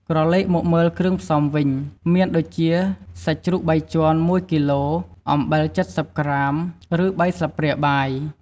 ក្រឡេកមកមើលគ្រឿងផ្សំវិញ មានដូចជា សាច់ជ្រូកបីជាន់ ១គីឡូ អំបិល ៧០ក្រាម ឬ ៣ស្លាបព្រាបាយ។